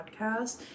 podcast